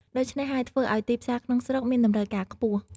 ដូច្នេះហើយ ធ្វើអោយទីផ្សារក្នុងស្រុកមានតម្រូវការខ្ពស់។